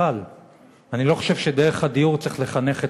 אבל אני לא חושב שדרך הדיור צריך לחנך אתכם,